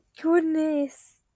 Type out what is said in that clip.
goodness